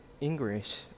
English